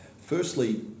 Firstly